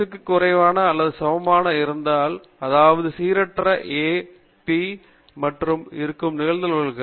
X க்கும் குறைவாகவோ அல்லது சமமாகவோ இருக்கலாம் அதாவது சீரற்ற மாறி a மற்றும் p இடையே இருக்கும் நிகழ்தகவு